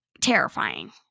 terrifying